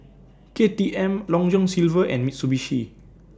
K T M Long John Silver and Mitsubishi